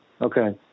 okay